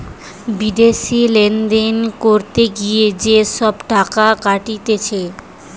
বিদেশি লেনদেন করতে গিয়ে যে সব টাকা কাটতিছে